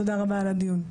תודה רבה על הדיון.